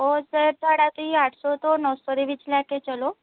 ਉਹ ਸਰ ਤੁਹਾਡਾ ਤੁਸੀਂ ਅੱਠ ਸੌ ਤੋਂ ਨੌ ਸੌ ਦੇ ਵਿੱਚ ਲੈ ਕੇ ਚੱਲੋ